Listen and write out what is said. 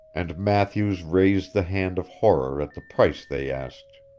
and matthews raised the hand of horror at the price they asked.